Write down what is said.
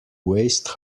waste